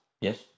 Yes